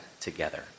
together